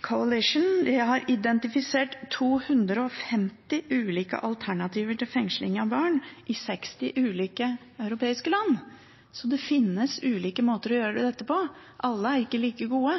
Coalition har identifisert 250 ulike alternativer til fengsling av barn i 60 ulike europeiske land. Så det finnes ulike måter å gjøre det på. Alle er ikke like gode,